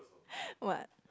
what